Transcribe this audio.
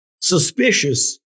suspicious